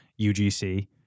UGC